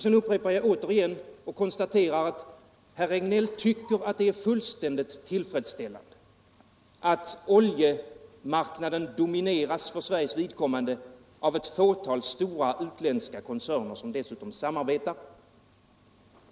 Sedan konstaterar jag återigen att herr Regnéll tycker att det är fullständigt tillfredsställande att oljemarknaden för Sveriges vidkommande domineras av ett fåtal stora utländska koncerner, som dessutom samarbetar.